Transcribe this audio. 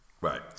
Right